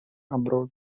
abroad